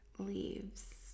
leaves